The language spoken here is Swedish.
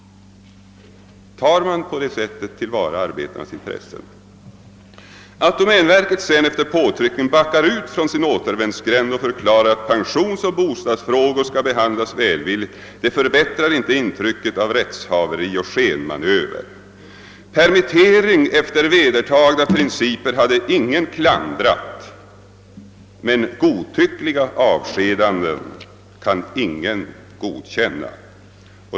Tar man till vara arbetarnas intressen på det sättet? Att domänverket sedan efter påtryckning backat ut från sin återvändsgränd och förklarat att pensionsoch bostadsfrågorna skall behandlas välvilligt förbättrar inte intrycket av rättshaveri och skenmanöver. Permittering efter vedertagna principer hade ingen klandrat, men godtyckliga avskedanden kan ingen godkänna.